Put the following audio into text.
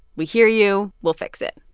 we hear you. we'll fix it